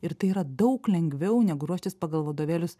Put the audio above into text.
ir tai yra daug lengviau negu ruoštis pagal vadovėlius